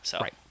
Right